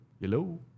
Hello